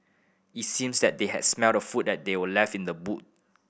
it seems that they had smelt the food that were left in the boot